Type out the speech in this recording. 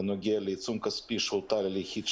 ובנוגע לעיצום כספי שהוטל על יחיד,